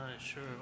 Sure